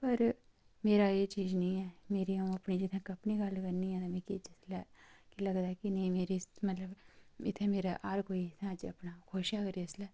पर मेरा एह् चीज़ निं ऐ मेरी अं'ऊ जित्थें तक अपनी गल्ल करनी आं तां मिगी जिसलै लगदा कि नेईं मेरी मतलब इत्थें मेरा हर कोई इत्थें अपना खुश ऐ अगर इसलै